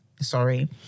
sorry